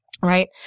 right